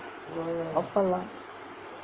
அப்பலாம்:appaelaam